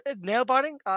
nail-biting